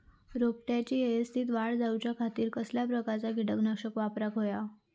रोपट्याची यवस्तित वाढ जाऊच्या खातीर कसल्या प्रकारचा किटकनाशक वापराक होया?